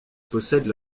possède